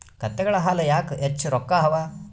ಕತ್ತೆಗಳ ಹಾಲ ಯಾಕ ಹೆಚ್ಚ ರೊಕ್ಕ ಅವಾ?